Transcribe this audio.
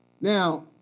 Now